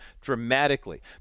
dramatically